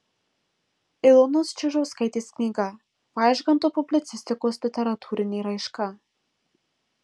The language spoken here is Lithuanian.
ilonos čiužauskaitės knyga vaižganto publicistikos literatūrinė raiška